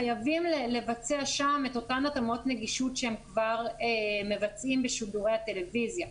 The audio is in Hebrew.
חייבים לבצע שם את אותן התאמות נגישות שהם כבר מבצעים בשידורי הטלויזיה,